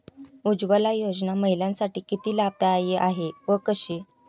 उज्ज्वला योजना महिलांसाठी किती लाभदायी आहे व कशी?